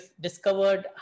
discovered